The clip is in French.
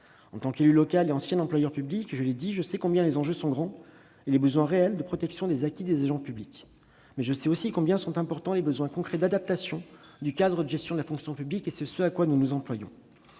En tant qu'élu local et ancien employeur public, je l'ai dit, je sais combien les enjeux sont grands et les besoins de protection des acquis des agents publics réels. Mais je sais aussi combien sont importants les besoins concrets d'adaptation du cadre de gestion de la fonction publique. C'est à cette adaptation que nous travaillons.